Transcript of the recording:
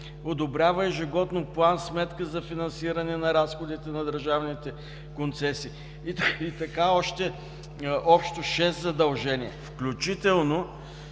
одобрява ежегодно план-сметка за финансиране на разходите на държавните концесии“ и така още общо шест задължения. Включително